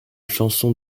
chanson